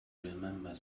remember